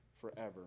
forever